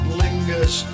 lingers